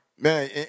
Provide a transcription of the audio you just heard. Man